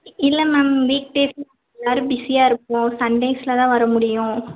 இ இல்லை மேம் வீக்டேஸில் எல்லோரும் பிஸியாக இருப்போம் சண்டேஸில் தான் வர முடியும்